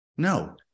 No